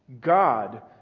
God